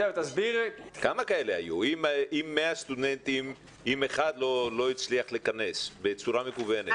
אם מתוך מאה סטודנטים אחד לא הצליח להיכנס בצורה מקוונת.